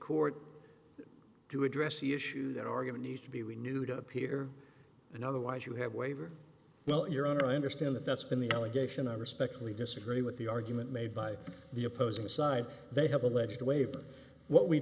court to address the issues that are given need to be renewed up here and otherwise you have waiver well your honor i understand that that's been the allegation i respectfully disagree with the argument made by the opposing side they have alleged the way for what we